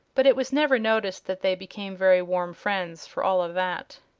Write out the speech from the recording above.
but it was never noticed that they became very warm friends, for all of that.